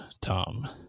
Tom